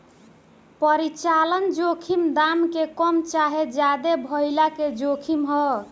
परिचालन जोखिम दाम के कम चाहे ज्यादे भाइला के जोखिम ह